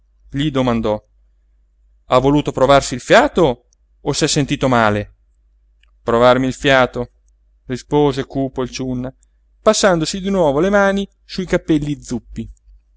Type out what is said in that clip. gli domandò ha voluto provarsi il fiato o s'è sentito male provarmi il fiato rispose cupo il ciunna passandosi di nuovo le mani su i capelli zuppi